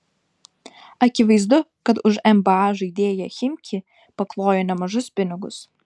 akivaizdu kad už nba žaidėją chimki paklojo nemažus pinigus